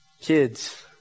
Kids